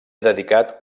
dedicat